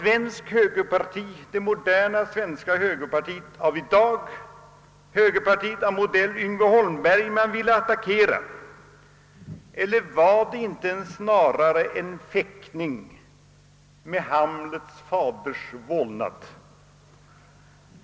Var det modern svensk högerpolitik av modell Yngve Holmberg man ville attackera? Var det inte snarare en fäktning med Hamlets faders vålnad?